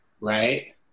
Right